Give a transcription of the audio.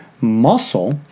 muscle